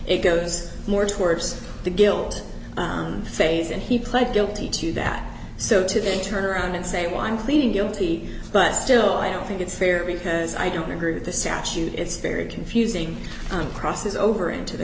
it goes more towards the guilt phase and he pled guilty to that so to then turn around and say well i'm pleading guilty but still i don't think it's fair because i don't agree with the sash it's very confusing crosses over into the